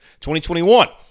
2021